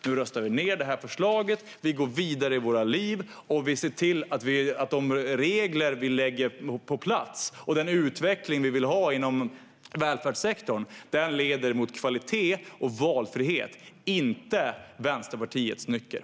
Nu röstar vi ned detta förslag, går vidare i våra liv och ser till att de regler vi lägger på plats och den utveckling vi vill ha inom välfärdssektorn leder till kvalitet och valfrihet, inte till Vänsterpartiets nycker.